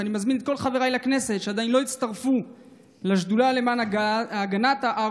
ואני מזמין את כל חבריי לכנסת שעדיין לא הצטרפו לשדולה למען הגנת ההר